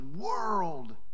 world